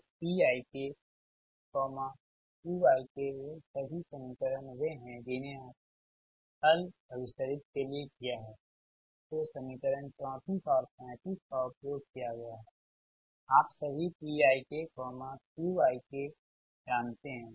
तोPikQ ik ये सभी समीकरण वे हैं जिन्हें आप हल अभिसरित के लिए किया है तो समीकरण 34 और 35 का उपयोग किया गया है आप सभी PikQ ik जानते हैं